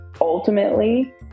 Ultimately